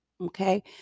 Okay